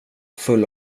full